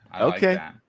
okay